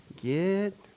Get